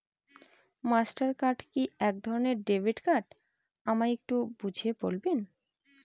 Master card কি একধরণের debit card আমায় একটু বুঝিয়ে বলবেন?